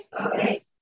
Okay